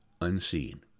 unseen